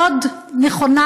מאוד נכונה.